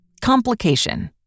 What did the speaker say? Complication